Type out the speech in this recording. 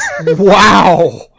Wow